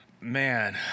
man